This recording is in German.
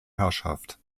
herrschaft